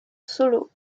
solo